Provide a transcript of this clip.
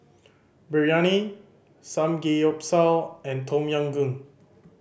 Biryani Samgeyopsal and Tom Yam Goong